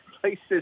places